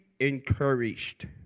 encouraged